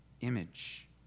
image